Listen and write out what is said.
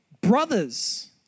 brothers